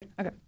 Okay